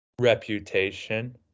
Reputation